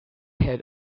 head